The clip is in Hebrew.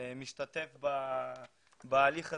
משתתף בהליך הזה,